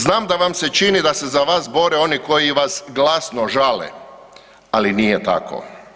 Znam da vam se čini da se za vas bore oni koji vas glasno žale, ali nije tako.